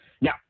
Now